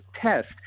test